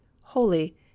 holy